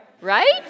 Right